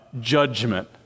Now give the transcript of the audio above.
judgment